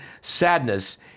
sadness